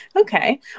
Okay